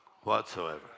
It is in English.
Whatsoever